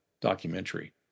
documentary